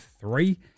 three